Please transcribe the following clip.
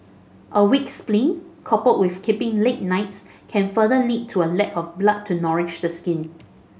a weak spleen coupled with keeping late nights can further lead to a lack of blood to nourish the skin